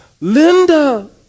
Linda